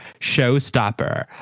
showstopper